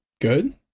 good